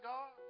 God